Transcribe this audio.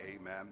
amen